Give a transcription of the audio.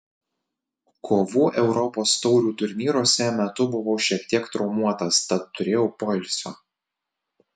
kovų europos taurių turnyruose metu buvau šiek tiek traumuotas tad turėjau poilsio